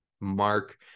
mark